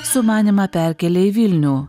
sumanymą perkelia į vilnių